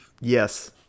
yes